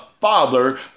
father